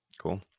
Cool